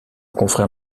confrère